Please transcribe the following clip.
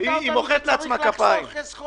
היא מוחאת לעצמה כפיים.